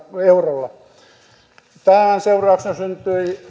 eurolla tämän seurauksena syntyi